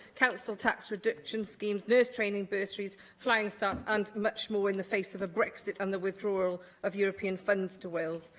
council tax reduction schemes, nurse training bursaries, flying start and much more in the face of of brexit and the withdrawal of european funds to wales.